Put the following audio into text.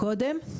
קודם?